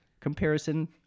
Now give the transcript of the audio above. comparison